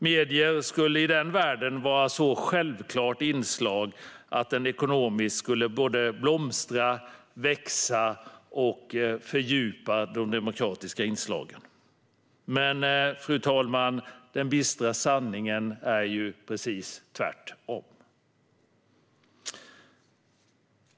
Medier skulle i den världen vara ett så självklart inslag att de ekonomiskt skulle blomstra och växa samt fördjupa de demokratiska inslagen. Men, fru talman, den bistra sanningen är precis tvärtom.